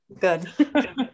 Good